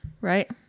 right